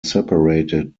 separated